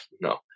no